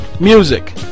music